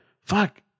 fuck